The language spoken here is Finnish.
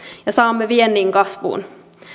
ja saamme viennin kasvuun